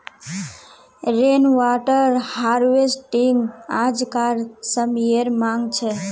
rain water harvesting आज्कार समयेर मांग छे